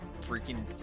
Freaking